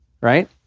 right